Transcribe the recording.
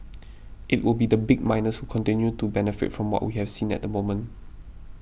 it will be the big miners who continue to benefit from what we have seen at the moment